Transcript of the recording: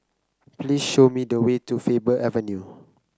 please show me the way to Faber Avenue